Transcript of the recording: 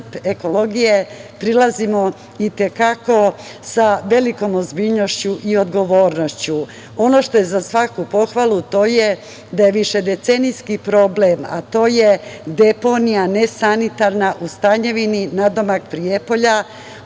ekologije, prilazimo i te kako sa velikom ozbiljnošću i odgovornošću. Ono što je za svaku pohvalu to je da više decenijski problem, a to je deponija nesanitarna u Stanjevini, nadomak Prijepolja,